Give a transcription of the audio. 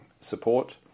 support